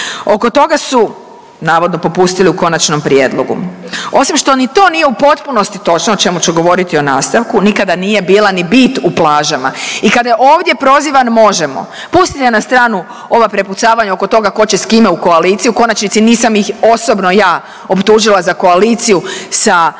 Oko toga su navodno popustili u konačnom prijedlogu. Osim što ni to nije u potpunosti točno, o čemu ću govoriti u nastavku nikada nije ni bila ni bit u plažama. I kada je ovdje prozivan Možemo, pustite na stranu ova prepucavanja oko toga tko će s kime u koaliciju u konačnici nisam ih osobno ja optužila za koaliciju sa HDZ-om